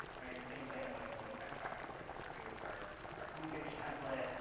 right? same thing with with techcrunch, where it's like here is our our homepage template,